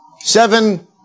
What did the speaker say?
Seven